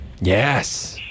Yes